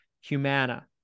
Humana